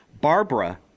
Barbara